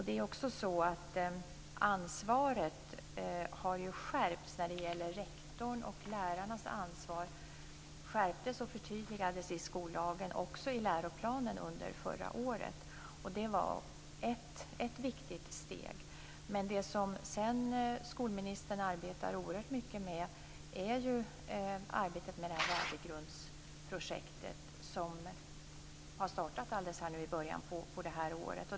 Det är ju också så att rektorns och lärarnas ansvar skärptes och förtydligades i skollagen och även i läroplanen under förra året. Det var ett viktigt steg. Det som skolministern arbetar oerhört mycket med är värdegrundsprojektet som startade alldeles i början av det här året.